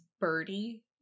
Birdie